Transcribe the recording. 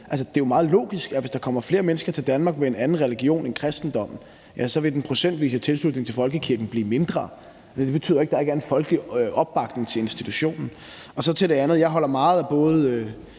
Det er jo meget logisk, at hvis der kommer flere mennesker til Danmark med en anden religion end kristendommen, vil den procentvise tilslutning til folkekirken blive mindre, men det betyder ikke, at der ikke er en folkelig opbakning til institutionen. Til det andet vil jeg sige, at jeg holder meget af både